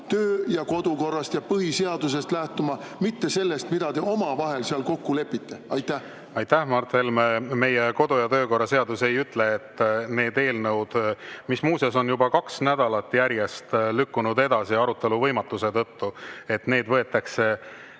töö- ja kodukorrast ja põhiseadusest, mitte sellest, mida te omavahel seal kokku lepite? Aitäh, Mart Helme! Meie kodu- ja töökorra seadus ei ütle, et need eelnõud, mis muuseas on juba kaks nädalat järjest lükkunud edasi arutelu võimatuse tõttu, võetakse